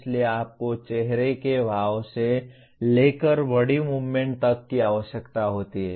इसलिए आपको चेहरे के भावों से लेकर बॉडी मूवमेंट तक की आवश्यकता होती है